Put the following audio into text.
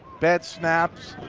bad snaps,